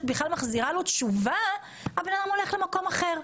בכלל מחזירה לו תשובה הבן אדם הולך למקום אחר.